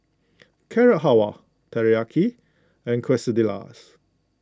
Carrot Halwa Teriyaki and Quesadillas